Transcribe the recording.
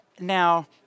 Now